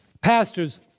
pastors